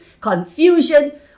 confusion